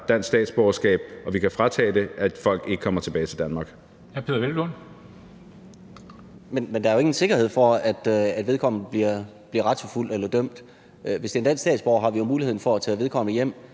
Dam Kristensen): Hr. Peder Hvelplund. Kl. 13:23 Peder Hvelplund (EL): Men der er jo ingen sikkerhed for, at vedkommende bliver retsforfulgt eller dømt. Hvis det er en dansk statsborger, har vi jo muligheden for at tage vedkommende hjem